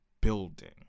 building